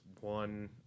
one